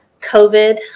COVID